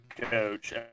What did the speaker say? coach